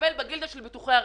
שתטפל בגילדה של ביטוחי הרכב.